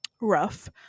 Rough